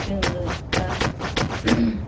जोङो दा